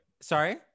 Sorry